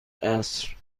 عصر